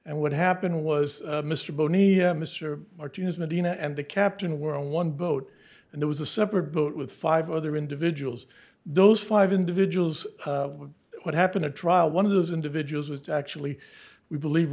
and what happened was mr bonior mr martinez medina and the captain were on one boat and there was a separate boat with five other individuals those five individuals what happened at trial one of those individuals was actually we believe